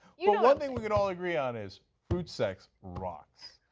you know one thing we can all agree on is, fruit sex rocks.